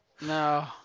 No